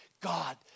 God